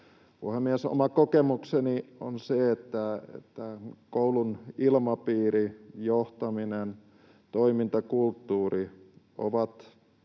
Puhemies! Oma kokemukseni on se, että koulun ilmapiiri, johtaminen, toimintakulttuuri ovat